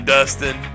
Dustin